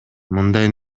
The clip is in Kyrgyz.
мындай